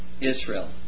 Israel